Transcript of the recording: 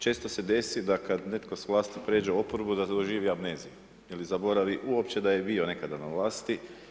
Često se desi da kad netko s vlasti pređe u oporbu da doživi amneziju ili zaboravi uopće da je bio nekada na vlasti.